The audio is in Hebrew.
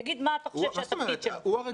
תגיד מה אתה חושב שהתפקיד שלו?